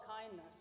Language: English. kindness